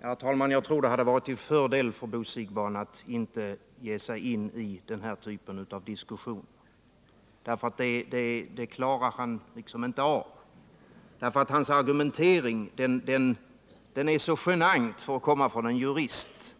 Herr talman! Jag tror att det hade varit till fördel för Bo Siegbahn att inte ge sig in i den här typen av diskussion — det klarar han liksom inte av. Hans argumentering är så genant för att komma från en jurist